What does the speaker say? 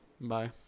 Bye